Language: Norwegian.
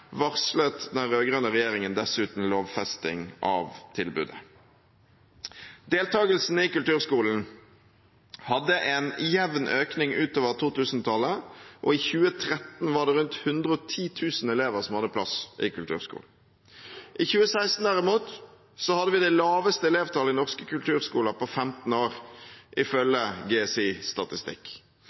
varslet den rød-grønne regjeringen dessuten lovfesting av tilbudet. Deltakelsen i kulturskolen hadde en jevn økning utover 2000-tallet, og i 2013 var det rundt 110 000 elever som hadde plass i kulturskolen. I 2016 derimot hadde vi det laveste elevtallet i norske kulturskoler på 15 år, ifølge